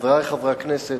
חברי חברי הכנסת,